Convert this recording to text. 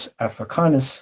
africanus